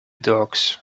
dogs